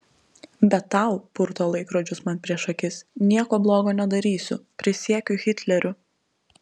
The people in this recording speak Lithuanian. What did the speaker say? bet tau purto laikrodžius man prieš akis nieko blogo nedarysiu prisiekiu hitleriu